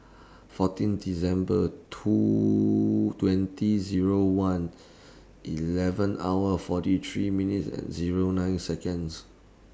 fourteen December two twenty Zero one eleven hours forty three minutes and Zero nine Seconds